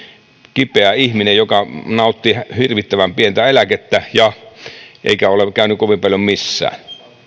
kipeä ihminen joka nauttii hirvittävän pientä eläkettä eikä ole käynyt kovin paljon missään